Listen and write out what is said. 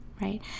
right